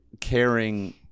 caring